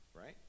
Right